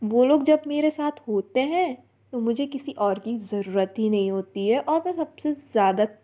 वो लोग जब मेरे साथ होते हैं तो मुझे किसी और की ज़रूरत ही नहीं होती है और मैं सब से ज़्यादा